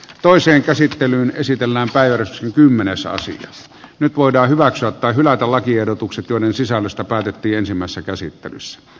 toisen käsi tämän esitellään päivä kymmenes saa siitä nyt voidaan hyväksyä tai hylätä lakiehdotukset joiden sisällöstä päätettiin ensimmäisessä käsittelyssä